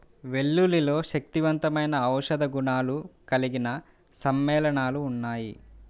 వెల్లుల్లిలో శక్తివంతమైన ఔషధ గుణాలు కలిగిన సమ్మేళనాలు ఉన్నాయి